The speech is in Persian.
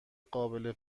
قابل